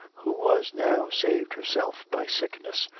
who was now saved herself by sickness,